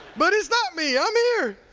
but it's not me, i'm here.